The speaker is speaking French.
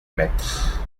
maître